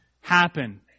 happen